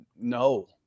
no